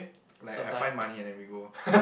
like I find money and then we go